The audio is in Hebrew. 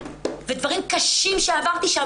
סימן של שיסוף גרון ודברים קשים שעברתי שם.